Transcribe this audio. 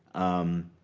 um,